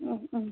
ഉം ഉം ശരി